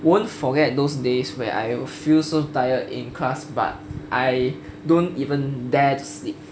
won't forget those days where I feel so tired in class but I don't even dare to sleep